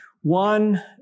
One